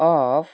of